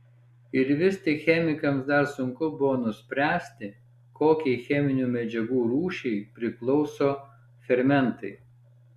ir vis tik chemikams dar sunku buvo nuspręsti kokiai cheminių medžiagų rūšiai priklauso fermentai